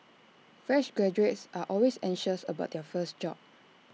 fresh graduates are always anxious about their first job